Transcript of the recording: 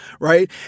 right